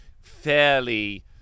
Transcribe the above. fairly